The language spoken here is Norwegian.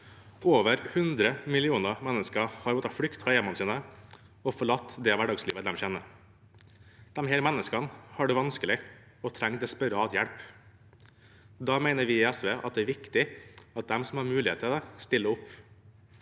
Over 100 millioner mennesker har måttet flykte fra hjemmene sine og forlate det hverdagslivet de kjenner. Disse menneskene har det vanskelig og trenger desperat hjelp. Da mener vi i SV at det er viktig at de som har mulighet til det, stiller opp.